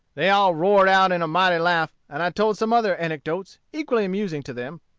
they all roared out in a mighty laugh, and i told some other anecdotes, equally amusing to them,